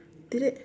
did it